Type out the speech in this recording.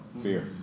Fear